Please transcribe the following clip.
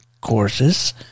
courses